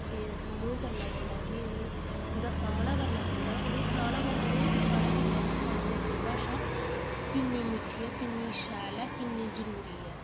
फिर मुंह् करना पौंदा असें गी उ'नें गी उ'दां सामना करना पौंदा उ'नें गी सनाना पौंदा उ'नें गी सखाना पौंदा कि साढ़ी डोगरी भाशा किन्नी मिठ्ठी ऐ किन्नी शैल ऐ किन्नी जरूरी ऐ